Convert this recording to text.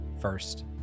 first